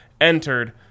entered